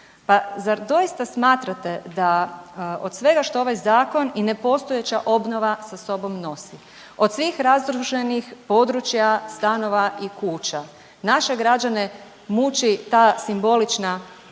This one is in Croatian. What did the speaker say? Pa zar doista smatrate da od svega što ovaj zakon i nepostojeća obnova sa sobom nosi od svih razrušenih područja, stanova i kuća naše građane muči ta simbolična naknada,